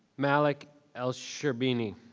malik el sharbini.